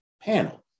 panel